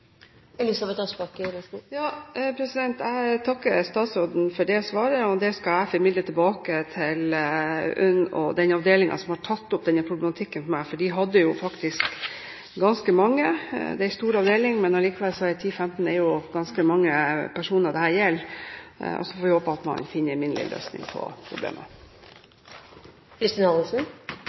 Jeg takker statsråden for svaret. Det skal jeg formidle tilbake til UNN og den avdelingen som har tatt opp denne problematikken med meg. Det er jo faktisk ganske mange. Det er en stor avdeling på 10–15 personer dette gjelder. Så får vi håpe at man finner en minnelig løsning på problemet.